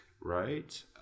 right